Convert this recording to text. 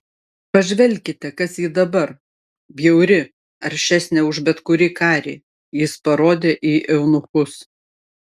pažvelkite kas ji dabar bjauri aršesnė už bet kurį karį jis parodė į eunuchus